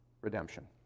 redemption